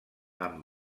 amb